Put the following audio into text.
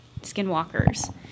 skinwalkers